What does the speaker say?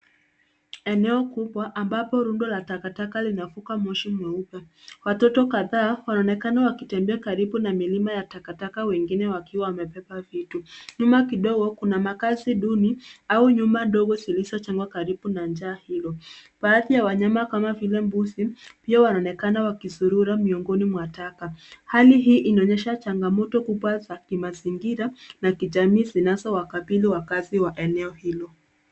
Eneo kubwa, ambapo rundo la takataka linavuka moshi mweupe. Watoto kadhaa, wanaonekana wakitembea karibu na milima ya takataka wengine wakiwa wamebeba vitu. Nyuma kidogo kuna makazi duni au nyumba ndogo zilizo jegwa karibu na nja hilo. Baadhi ya wanyama kama vile mbuzi pia wanaonekana wakizururura miongoni mwa taka. Hali hii inaonyesha changamoto kubwa za kimazingira na kijamii zinazowakabidhi wakazi wa eneo hilo.